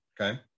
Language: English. Okay